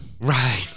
Right